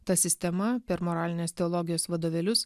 ta sistema per moralinės teologijos vadovėlius